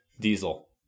Diesel